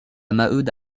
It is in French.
maheude